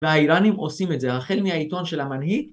‫והאירנים עושים את זה. ‫החל מהעיתון של המנהיג...